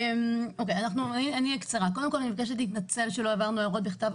אני מבקשת להתנצל שלא העברנו הערות בכתב,